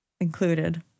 Included